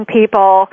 people